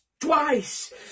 twice